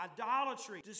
idolatry